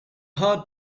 hard